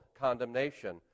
condemnation